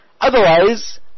Otherwise